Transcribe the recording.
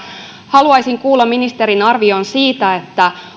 haluaisin kuulla ministerin arvion siitä